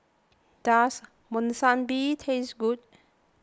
does Monsunabe taste good